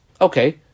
Okay